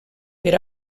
per